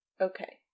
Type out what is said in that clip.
Okay